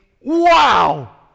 wow